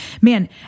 man